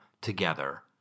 together